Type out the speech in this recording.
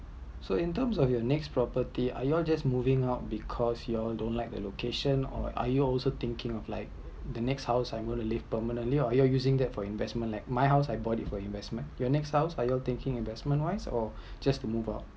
so in terms of your next property are you all just moving out because you all don’t like the location or are you also thinking like the next house I’m going to live permanently or are you using that for investment like my house I bought it for investment your next house are you thinking investment wise or just to move out